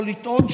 או לטעון,